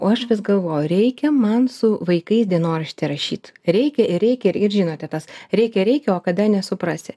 o aš vis galvoju reikia man su vaikais dienoraštį rašyt reikia ir reikia ir žinote tas reikia reikia o kada nesuprasi